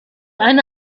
eine